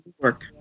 work